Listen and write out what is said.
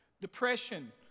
Depression